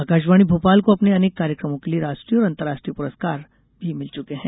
आकाशवाणी भोपाल को अपने अनेक कर्यक्रमों के लिए राष्ट्रीय और अंतर्राष्ट्रीय पुरस्कार मिल चुके हैं